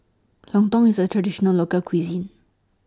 Lontong IS A Traditional Local Cuisine